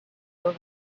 over